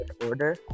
order